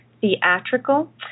theatrical